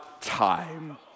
time